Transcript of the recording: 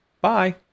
Bye